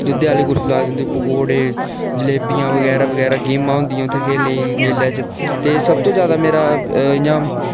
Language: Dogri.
दुद्धै आह्ली कुल्फी लाई दी होंदी पकौड़े जलेबियां बगैरा बगैरा गेमां होंदियां उत्थै खेलने ई मेले च ते सब तों जैदा मेरा इ'यां